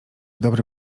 dobry